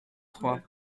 trois